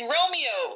Romeo